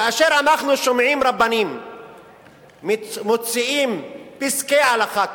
כאשר אנחנו שומעים רבנים מוציאים פסקי הלכה,